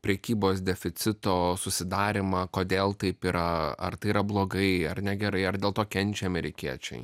prekybos deficito susidarymą kodėl taip yra ar tai yra blogai ar negerai ar dėl to kenčia amerikiečiai